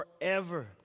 forever